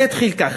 זה התחיל ככה: